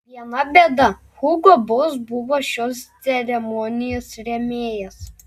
viena bėda hugo boss buvo šios ceremonijos rėmėjas